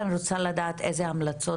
ואני רוצה לדעת איזה המלצות,